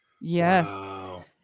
Yes